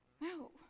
No